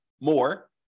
more